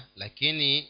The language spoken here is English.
lakini